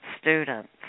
students